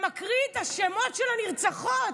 ומקריא את השמות של הנרצחות.